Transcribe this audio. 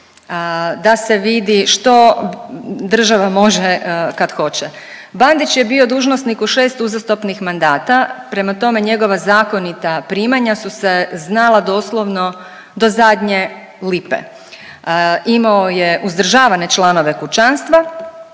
da se vidi što država može kad hoće. Bandić je bio dužnosnik u šest uzastopnih mandata, prema tome njegova zakonita primanja su se znala doslovno do zadnje lipe. Imao je uzdržavane članove kućanstva